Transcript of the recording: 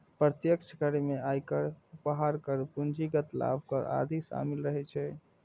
प्रत्यक्ष कर मे आयकर, उपहार कर, पूंजीगत लाभ कर आदि शामिल रहै छै